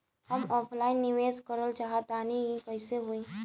हम ऑफलाइन निवेस करलऽ चाह तनि कइसे होई?